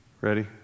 Ready